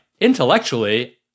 intellectually